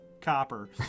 copper